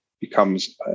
becomes